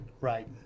right